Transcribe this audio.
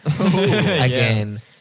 again